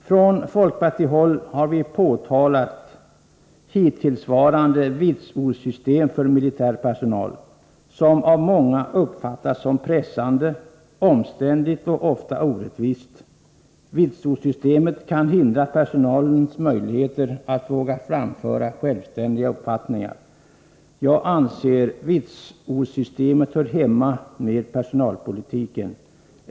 Från folkpartihåll har vi påtalat det hittillsvarande vitsordssystemet för militär personal, ett system som av många uppfattas som pressande, omständligt och ofta orättvist. Vitsordssystemet kan hindra personalen från att våga framföra självständiga uppfattningar. Jag anser att vitsordssystemet hör samman med personalpolitiken.